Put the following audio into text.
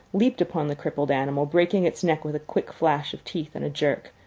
leaped upon the crippled animal, breaking its neck with a quick flash of teeth and a jerk,